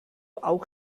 auch